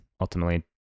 ultimately